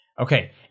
Okay